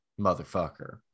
motherfucker